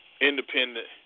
independent